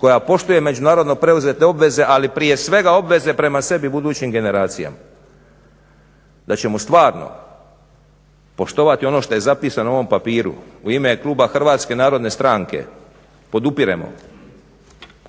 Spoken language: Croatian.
koja poštuje međunarodno preuzete obveze, ali prije svega obveze prema sebi i budućim generacijama, da ćemo stvarno poštovani ono što je zapisano na ovom papiru. U ime kluba HNS-a podupiremo